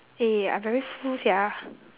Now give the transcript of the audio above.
eh I very full sia